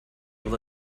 able